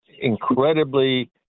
incredibly